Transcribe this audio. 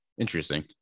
Interesting